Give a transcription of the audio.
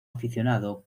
aficionado